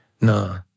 No